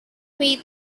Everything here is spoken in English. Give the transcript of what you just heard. way